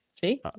See